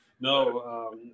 no